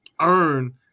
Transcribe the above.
earn